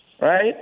right